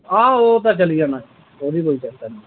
हां ओह् ते चली जाना ओह्दी कोई चैंता निं